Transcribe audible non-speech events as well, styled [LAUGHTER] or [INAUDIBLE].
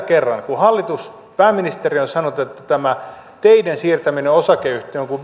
[UNINTELLIGIBLE] kerran kun pääministeri on sanonut että tämä teiden siirtäminen osakeyhtiöön on kuin